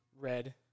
red